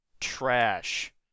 trash